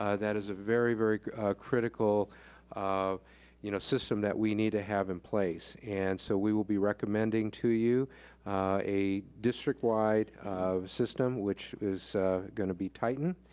ah that is a very, very critical um you know system that we need to have in place. and so we will be recommending to you a district-wide um system, which is gonna be titan.